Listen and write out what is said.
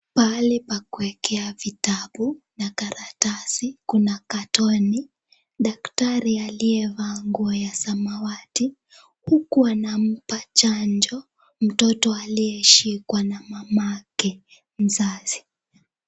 Pahali pa kuwekea vitabu na karatasi, kuna katoni, daktari aliyevaa nguo ya samawati, huku anampa chanjo, mtoto aliyeshikwa na mamake mzazi.